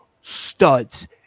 studs